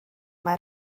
mae